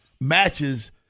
matches